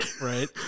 right